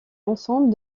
ensemble